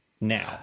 Now